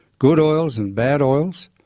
good oils and bad oils,